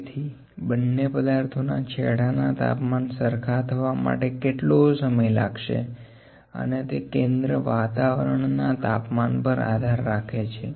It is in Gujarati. તેથી બંને પદાર્થોના છેડાના તાપમાન સરખા થવા માટે કેટલો સમય લાગશે અને તે કેન્દ્ર વાતાવરણ ના તાપમાન પર આધાર રાખે છે